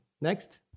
Next